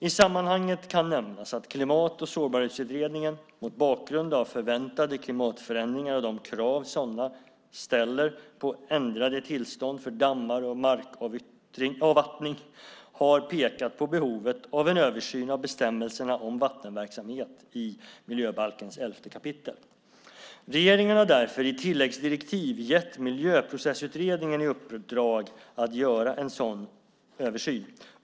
I sammanhanget kan nämnas att Klimat och sårbarhetsutredningen - mot bakgrund av förväntade klimatförändringar och de krav sådana ställer på ändrade tillstånd för dammar och markavvattning - har pekat på behovet av en översyn av bestämmelserna om vattenverksamhet i miljöbalkens 11 kap. Regeringen har därför i tilläggsdirektiv gett Miljöprocessutredningen i uppdrag att göra en sådan översyn.